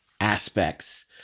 aspects